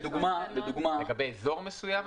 לגבי אזור מסוים?